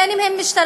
בין שהם משטרה,